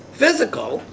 physical